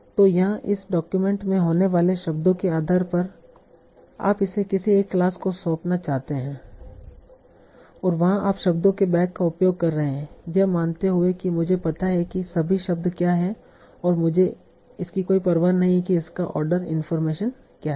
तो यहाँ इस डॉक्यूमेंट में होने वाले शब्दों के आधार पर आप इसे किसी एक क्लास को सौंपना चाहते हैं और वहाँ आप शब्दों के बैग का उपयोग कर रहे हैं यह मानते हुए कि मुझे पता है कि सभी शब्द क्या हैं और मुझे इसकी कोई परवाह नहीं है की इसका आर्डर इनफार्मेशन क्या है